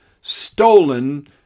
stolen